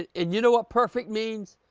ah and you know what perfect means?